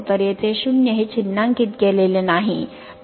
तर येथे 0 हे चिन्हांकित केलेले नाही